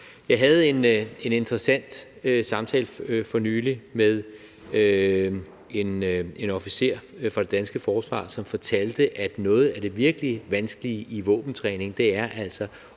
for nylig en interessant samtale med en officer fra det danske forsvar, som fortalte, at noget af det virkelig vanskelige i våbentræning altså